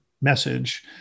message